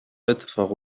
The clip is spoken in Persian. اتفاق